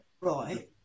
Right